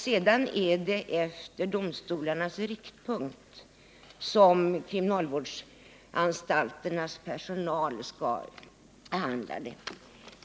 Sedan får kriminalvårdsanstalternas personal med domstolarnas bedömning som riktpunkt behandla ärendet.